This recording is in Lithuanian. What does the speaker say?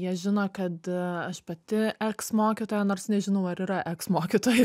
jie žino kad aš pati eksmokytoja nors nežinau ar yra eksmokytojų